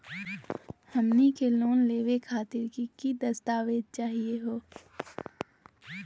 हमनी के लोन लेवे खातीर की की दस्तावेज चाहीयो हो?